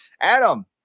adam